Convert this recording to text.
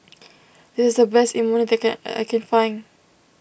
this is the best Imoni that I can I can find